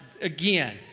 again